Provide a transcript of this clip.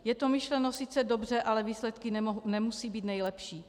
Je to myšleno sice dobře, ale výsledky nemusí být nejlepší.